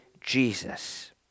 Jesus